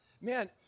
man